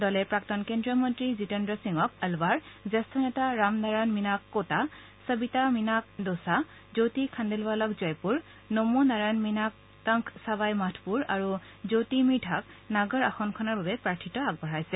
দলে প্ৰাক্তন কেন্দ্ৰীয় মন্ত্ৰী জিতেন্দ্ৰ সিঙক অলৱাৰ জ্যেষ্ঠ নেতা ৰাম নাৰায়ণ মীনাক কোটা সবিতা মীনা দ'চা জ্যোতি খাণ্ডেলৱালক জয়পূৰ নম নাৰায়ণ মীনাক টংক ছাৱাই মাধপূৰ আৰু জ্যোতি মিৰ্ধাক নাগৰ আসনখনৰ বাবে প্ৰাৰ্থিত্ব আগবঢ়াইছে